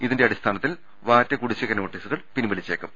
ഇതിന്റെ അടിസ്ഥാനത്തിൽ വാറ്റ് കുടിശ്ശിക നോട്ടീസുകൾ പിൻവലിച്ചേക്കും